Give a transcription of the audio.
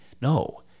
No